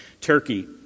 Turkey